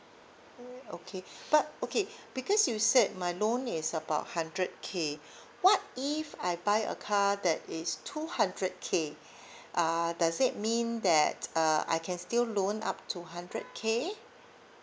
mm okay but okay because you said my loan is about hundred K what if I buy a car that is two hundred okay uh does it mean that uh I can still loan up to hundred K